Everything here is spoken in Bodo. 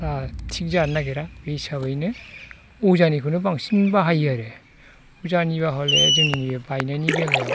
बारा थिग जानो नागिरा बे हिसाबैनो अजानिखौनो बांसिन बाहायो आरो अजानिबा हले जोंनि नैबे बायनायनि बेलायाव